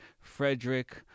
Frederick